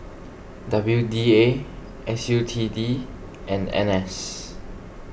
W D A S U T D and N S